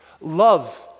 Love